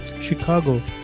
Chicago